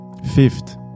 Fifth